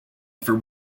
for